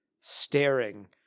staring